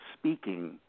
speaking